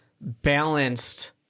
balanced